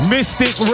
Mystic